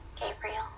Gabriel